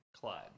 Clyde